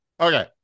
okay